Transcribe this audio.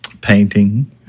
painting